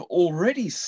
already